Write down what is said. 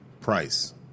Price